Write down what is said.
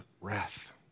wrath